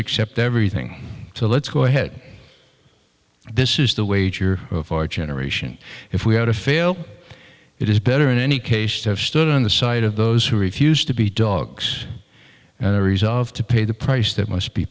except everything so let's go ahead this is the wager of our generation if we have to fail it is better in any case to have stood on the side of those who refused to be dogs and i resolved to pay the price that must be